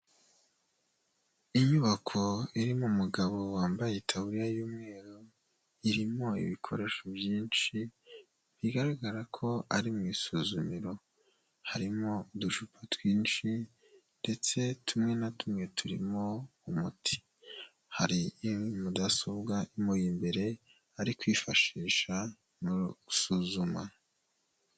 Inyubako irimo umugabo wambaye itaburiya y'umweru, irimo ibikoresho byinshi bigaragara ko ari mu isuzumiro harimo uducupa twinshi ndetse tumwe na tumwe turimo umuti. Hari mudasobwa imuri imbere ari kwifashisha mu gusuzuma.